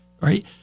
right